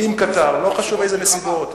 עם קטאר, לא חשוב איזה נסיבות.